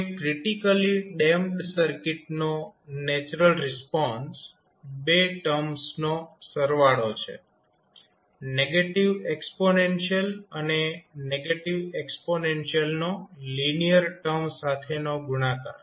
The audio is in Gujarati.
હવે ક્રિટીકલી ડેમ્પ્ડ સર્કિટનો નેચરલ રિસ્પોન્સ બે ટર્મ્સનો સરવાળો છે નેગેટીવ એક્સ્પોનેન્શિયલ અને નેગેટીવ એક્સ્પોનેન્શિયલનો લિનિયર ટર્મ સાથેનો ગુણાકાર